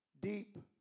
Deep